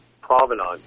provenance